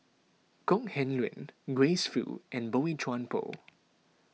Kok Heng Leun Grace Fu and Boey Chuan Poh